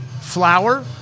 flour